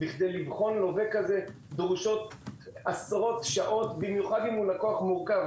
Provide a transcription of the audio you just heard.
בשביל לבחון לווה כזה דרושות עשרות שעות במיוחד אם הוא לקוח מורכב.